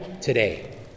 today